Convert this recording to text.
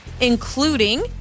including